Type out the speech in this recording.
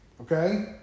okay